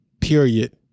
period